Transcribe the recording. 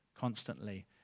constantly